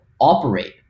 operate